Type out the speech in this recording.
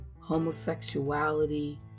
homosexuality